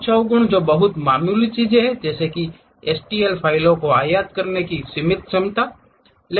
कुछ अवगुण जो बहुत मामूली चीजें हैं STL फ़ाइलों को आयात करने की एक सीमित क्षमता है